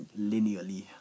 linearly